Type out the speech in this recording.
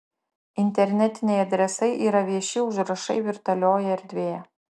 internetiniai adresai yra vieši užrašai virtualioje erdvėje